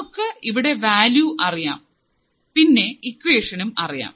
നമുക്ക് ഇവിടെ വാല്യൂ അറിയാം പിന്നെ ഇക്വേഷനും അറിയാം